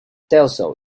diesel